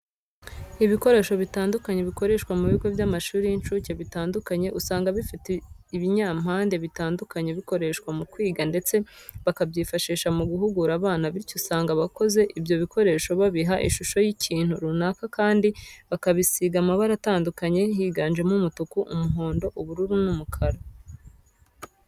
Ibikoresho bitandukanye bikoreshwa mu bigo by'amashuri y'incucye bitandukanye usanga bifite ibinyampande bitandukanye bikoreshwa mu kwiga ndetse bakabyifashisha mu guhugura abana bityo usanga abakoze ibyo bikoresho babiha ishusho y'icyintu runaka kandi bakabisiga amabara atandukanye higanjemo umutuku, umuhondo, ubururu n'umukara.